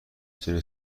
تونه